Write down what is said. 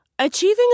Achieving